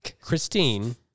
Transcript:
Christine